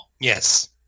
Yes